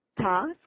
task